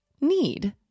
need